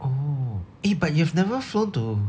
oh eh but you've never flown to